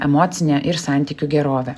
emocinę ir santykių gerovę